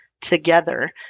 together